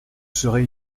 serait